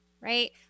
right